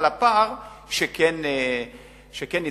על הפער שכן ניצלת.